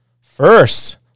first